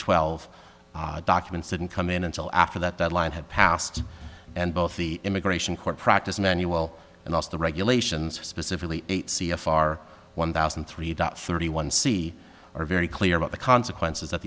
twelve documents didn't come in until after that deadline had passed and both the immigration court practice manual and also the regulations specifically eight c f r one thousand and three thirty one see are very clear about the consequences